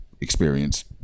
experience